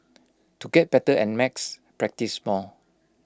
to get better at max practise more